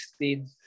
16